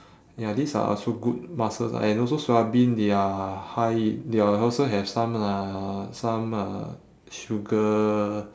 ya these are also good muscles ah and also soya bean they are high they are also have some like uh some uh sugar